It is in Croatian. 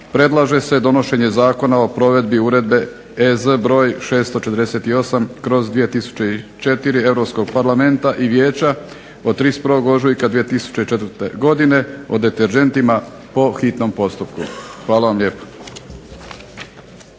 predlaže se donošenje Zakona o provedbi Uredbe EZ br. 648/2004. Europskog parlamenta i Vijeća od 31. ožujka 2004. godine o deterdžentima po hitnom postupku. Hvala vam lijepa.